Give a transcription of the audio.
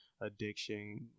addiction